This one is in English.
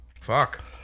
Fuck